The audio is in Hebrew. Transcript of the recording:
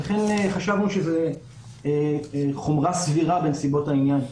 ולכן חשבנו שזאת חומרה סבירה בנסיבות העניין.